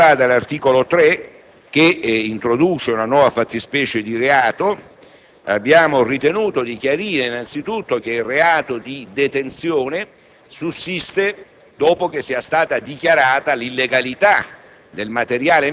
Per quanto riguarda l'articolo 3, che introduce una nuova fattispecie di reato, abbiamo ritenuto di chiarire innanzi tutto che il reato di detenzione sussiste dopo che sia stata dichiarata l'illegalità